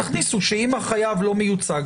תכניסו שאם החייב לא מיוצג,